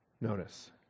Notice